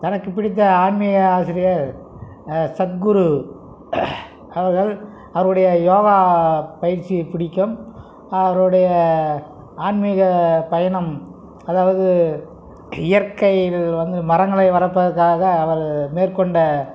தனக்கு பிடித்த ஆன்மீக ஆசிரியர் சத்குரு அவர்கள் அவருடைய யோகா பயிற்சி பிடிக்கும் அவருடைய ஆன்மீக பயணம் அதாவது இயற்கை வந்து மரங்களை வளப்பதற்காக அவர் மேற்கொண்ட